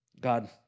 God